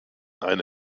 eine